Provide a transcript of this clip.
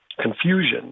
confusion